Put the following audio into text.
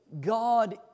God